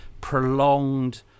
prolonged